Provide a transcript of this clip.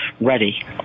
ready